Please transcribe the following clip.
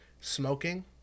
smoking